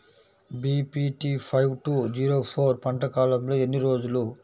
BPT five two zero four పంట కాలంలో ఎన్ని రోజులు?